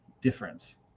difference